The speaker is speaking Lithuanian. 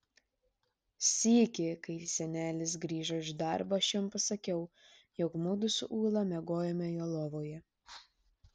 sykį kai senelis grįžo iš darbo aš jam pasakiau jog mudu su ūla miegojome jo lovoje